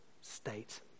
state